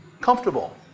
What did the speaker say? comfortable